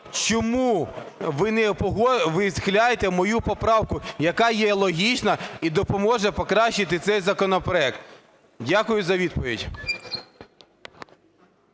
чому ви відхиляєте мою поправку, яка є логічна і допоможе покращити цей законопроект? Дякую за відповідь.